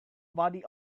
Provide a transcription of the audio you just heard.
body